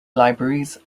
libraries